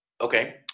Okay